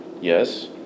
Yes